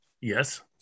yes